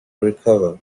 recover